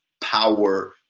power